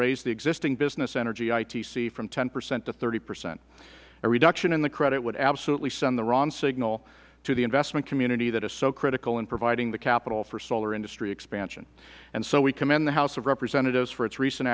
raised the existing business energy itc from ten percent to thirty percent a reduction in the credit would absolutely send the wrong signal to the investment community that is so critical in providing the capital for solar industry expansion and so we commend the house of representatives for its recent